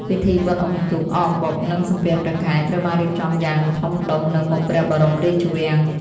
ពិធីបុណ្យអុំទូក អកអំបុក និងសំពះព្រះខែ ត្រូវបានរៀបចំយ៉ាងធំដុំនៅមុខព្រះបរមរាជវាំង។